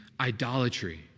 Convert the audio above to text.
idolatry